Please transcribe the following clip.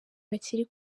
bakiri